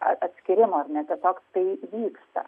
atskyrimo ar ne tiesiog tai vyksta